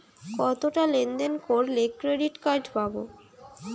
কতটাকা লেনদেন করলে ক্রেডিট কার্ড পাব?